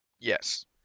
Yes